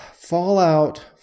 Fallout